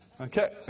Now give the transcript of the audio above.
Okay